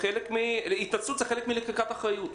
התנצלות זה חלק מלקיחת אחריות.